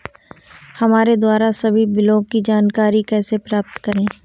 हमारे द्वारा सभी बिलों की जानकारी कैसे प्राप्त करें?